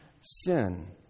sin